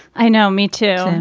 i know. me, too.